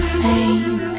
fame